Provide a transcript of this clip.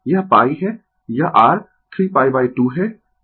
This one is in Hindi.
यह π है यह r 3π 2 है और यह r 2π है